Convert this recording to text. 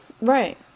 Right